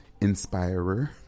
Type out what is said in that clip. inspirer